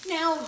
Now